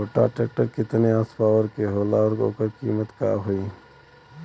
छोटा ट्रेक्टर केतने हॉर्सपावर के होला और ओकर कीमत का होई?